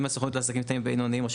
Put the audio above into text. בסוכנות לעסקים קטנים ובינוניים או ברשות